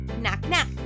knock-knock